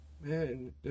man